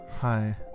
Hi